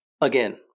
Again